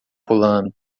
pulando